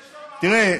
יש לו מעמד, תראה,